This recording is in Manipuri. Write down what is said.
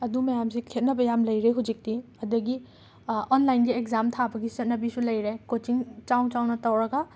ꯑꯗꯨ ꯃꯌꯥꯝꯁꯦ ꯈꯦꯠꯅꯕ ꯌꯥꯝꯅ ꯂꯩꯔꯦ ꯍꯧꯖꯤꯛꯇꯤ ꯑꯗꯒꯤ ꯑꯣꯟꯂꯥꯏꯟꯒꯤ ꯑꯦꯛꯖꯥꯝ ꯊꯥꯕꯒꯤ ꯆꯠꯅꯕꯤꯁꯨ ꯂꯩꯔꯦ ꯀꯣꯆꯤꯡ ꯆꯥꯎꯅ ꯆꯥꯎꯅ ꯇꯧꯔꯒ